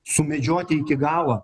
sumedžioti iki galo